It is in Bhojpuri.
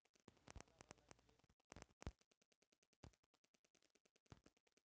अलग अलग देश में अलग अलग प्रकार के टैक्स के रेट होला